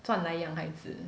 赚来养孩子